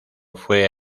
fue